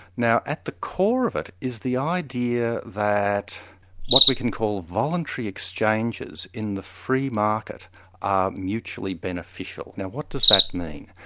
now at the core of it, is the idea that what we can call voluntary exchanges in the free market are mutually beneficial. now what does that mean?